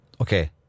Okay